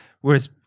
whereas